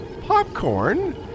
Popcorn